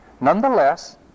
Nonetheless